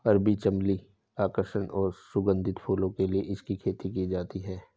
अरबी चमली की आकर्षक और सुगंधित फूलों के लिए इसकी खेती की जाती है